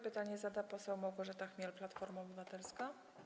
Pytanie zada poseł Małgorzata Chmiel, Platforma Obywatelska.